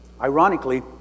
Ironically